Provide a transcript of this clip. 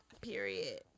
period